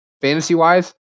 fantasy-wise